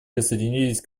присоединились